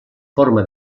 forma